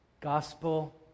Gospel